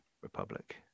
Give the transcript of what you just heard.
Republic